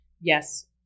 Yes